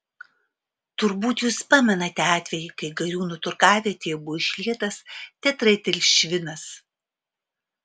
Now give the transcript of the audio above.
turbūt jūs pamenate atvejį kai gariūnų turgavietėje buvo išlietas tetraetilšvinas